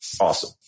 Awesome